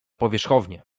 powierzchownie